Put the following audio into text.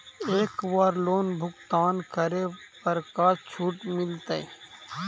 एक बार लोन भुगतान करे पर का छुट मिल तइ?